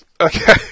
Okay